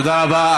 תודה רבה.